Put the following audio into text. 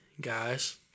guys